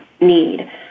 need